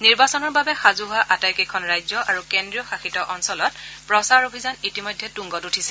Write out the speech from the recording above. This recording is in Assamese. নিৰ্বাচনৰ বাবে সাজু হোৱা আটাইকেইখন ৰাজ্য আৰু কেন্দ্ৰীয়শাসিত অঞ্চলত প্ৰচাৰ অভিযান ইতিমধ্যে তুংগত উঠিছে